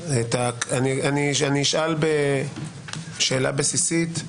אשאל שאלה בסיסית.